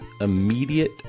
immediate